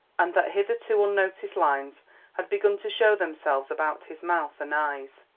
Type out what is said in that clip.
and that hitherto unnoticed lines had begun to show themselves about his mouth and eyes.